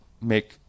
make